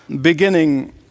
beginning